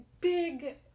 Big